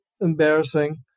embarrassing